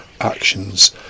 actions